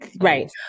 Right